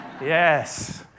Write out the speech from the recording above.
Yes